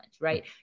right